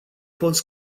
fost